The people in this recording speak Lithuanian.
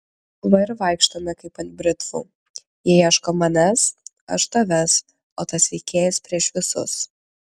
va ir vaikštome kaip ant britvų jie ieško manęs aš tavęs o tas veikėjas prieš visus